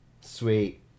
Sweet